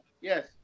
Yes